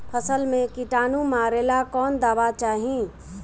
फसल में किटानु मारेला कौन दावा चाही?